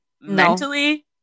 Mentally